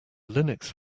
linux